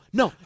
no